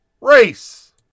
race